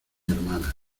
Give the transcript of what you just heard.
hermana